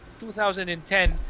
2010